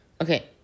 Okay